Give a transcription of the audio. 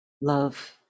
love